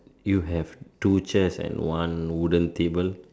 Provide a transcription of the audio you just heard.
you have two chairs and one wooden table